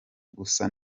gusa